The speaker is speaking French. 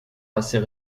assez